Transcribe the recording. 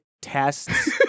tests